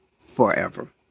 forever